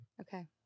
Okay